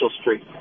Street